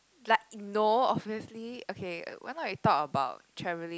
like no obviously okay why not we talk about travelling